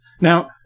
Now